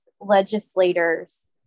legislators